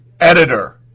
editor